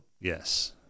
Yes